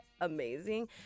amazing